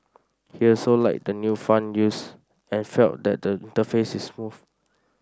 he also liked the new font used and felt that the interface is smooth